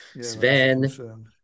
Sven